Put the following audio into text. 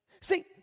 See